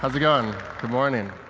ah good and morning.